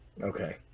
Okay